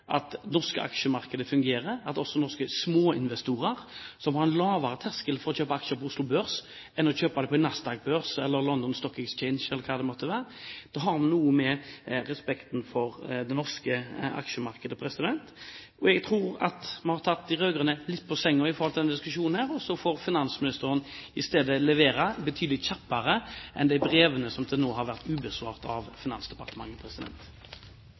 at det norske aksjemarkedet fungerer, også for norske småinvestorer, som har en lavere terskel for å kjøpe aksjer på Oslo Børs enn de har for å kjøpe dem på Nasdaq-børsen, på London Stock Exchange eller hvor det måtte være. Det har noe med respekten for det norske aksjemarkedet å gjøre. Jeg tror vi har tatt de rød-grønne litt på senga med denne diskusjonen. Og finansministeren får i stedet levere betydelig kjappere enn hittil, med tanke på de brevene som til nå har vært ubesvart av Finansdepartementet.